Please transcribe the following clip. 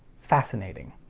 fascinating.